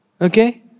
Okay